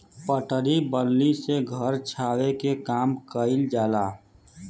पटरा बल्ली से घर छावे के काम कइल जाला